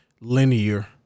linear